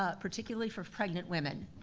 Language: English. ah particularly for pregnant women.